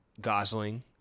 Gosling